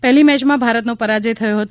પહેલી મેચમાં ભારતનો પરાજય થયો હતો